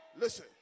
Listen